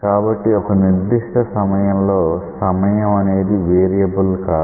కాబట్టి ఒక నిర్దిష్ట సమయంలో సమయం అనేది వేరియబుల్ కాదు